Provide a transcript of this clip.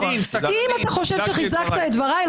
אם אתה חושב שחיזקת את דבריי,